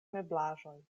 meblaĵoj